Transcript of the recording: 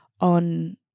on